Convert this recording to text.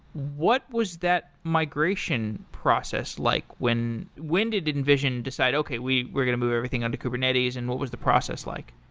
what was that migration process like? when when did did invision decide, okay. we're going to move everything under kubernetes. and what was the process like?